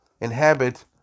inhabit